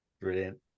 Brilliant